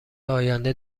آینده